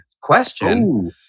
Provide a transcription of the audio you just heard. question